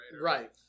Right